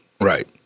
right